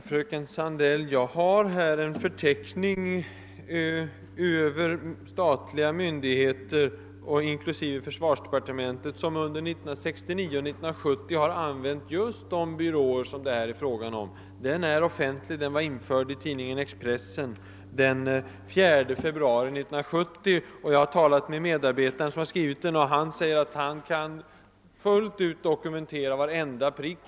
Herr talman! Jag har här en förteckning över statliga myndigheter, inklusive försvarsdepartementet, som under 1969 och 1970 har anlitat just de bvråer som det är fråga om här. Förteckningen är offentlig — den var införd i tidningen Expressen den 4 februari 1970. Jag har talat med medarbetaren som har skrivit den, och han säger att han fullt ut kan dokumentera uppgifterna i artikeln.